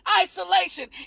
isolation